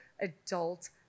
adult